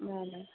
न न